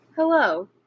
Hello